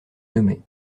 nommait